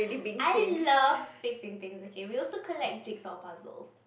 I love fixing things okay we also collect jig saw puzzles